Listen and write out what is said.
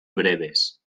breves